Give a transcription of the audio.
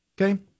okay